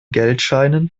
geldscheinen